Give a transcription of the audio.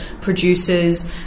producers